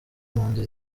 impunzi